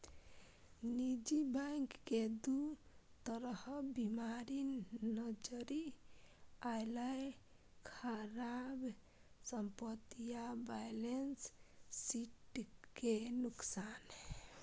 निजी बैंक मे दू तरह बीमारी नजरि अयलै, खराब संपत्ति आ बैलेंस शीट के नुकसान